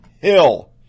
Hill